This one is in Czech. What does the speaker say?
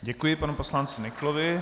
Děkuji panu poslanci Nyklovi.